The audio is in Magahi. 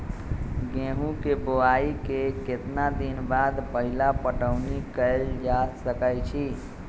गेंहू के बोआई के केतना दिन बाद पहिला पटौनी कैल जा सकैछि?